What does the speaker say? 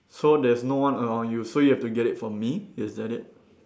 so there's no one around you so you have to get it from me is that it